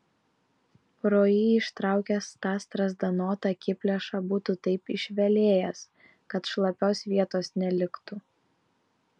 pro jį ištraukęs tą strazdanotą akiplėšą būtų taip išvelėjęs kad šlapios vietos neliktų